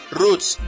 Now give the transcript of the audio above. Roots